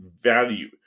value